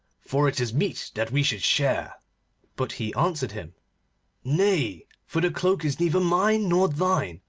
for it is meet that we should share but he answered him nay, for the cloak is neither mine nor thine,